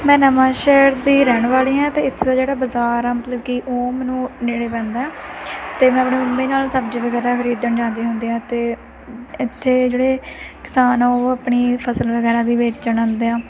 ਮੈਂ ਨਵਾਂ ਸ਼ਹਿਰ ਦੀ ਰਹਿਣ ਵਾਲੀ ਹਾਂ ਅਤੇ ਇੱਥੇ ਦਾ ਜਿਹੜਾ ਬਜ਼ਾਰ ਆ ਮਤਲਬ ਕਿ ਉਹ ਮੈਨੂੰ ਨੇੜੇ ਪੈਂਦਾ ਹੈ ਅਤੇ ਮੈਂ ਆਪਣੀ ਮੰਮੀ ਨਾਲ ਸਬਜ਼ੀ ਵਗੈਰਾ ਖਰੀਦਣ ਜਾਂਦੀ ਹੁੰਦੀ ਹਾਂ ਅਤੇ ਇੱਥੇ ਜਿਹੜੇ ਕਿਸਾਨ ਆ ਉਹ ਆਪਣੀ ਫਸਲ ਵਗੈਰਾ ਵੀ ਵੇਚਣ ਆਉਂਦੇ ਆ